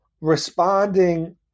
responding